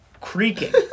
creaking